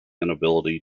inability